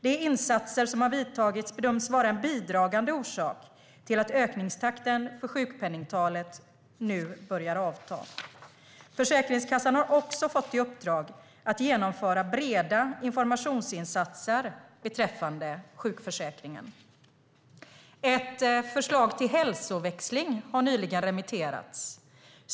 De insatser som har vidtagits bedöms vara en bidragande orsak till att ökningstakten för sjukpenningtalet nu börjar avta. Försäkringskassan har också fått i uppdrag att genomföra breda informationsinsatser beträffande sjukförsäkringen. Ett förslag till hälsoväxling har nyligen remitterats.